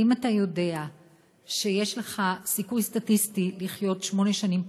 האם אתה יודע שיש לך סיכוי סטטיסטי לחיות שמונה שנים פחות?